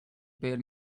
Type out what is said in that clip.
per